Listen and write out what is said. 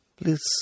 please